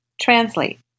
Translate